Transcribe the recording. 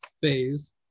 phase